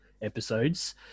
episodes